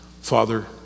Father